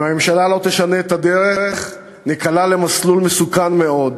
אם הממשלה לא תשנה את הדרך ניקלע למסלול מסוכן מאוד,